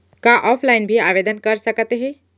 का ऑफलाइन भी आवदेन कर सकत हे?